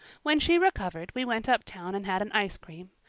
when she recovered we went uptown and had an ice cream.